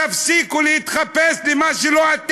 תפסיקו להתחפש למה שאתם לא.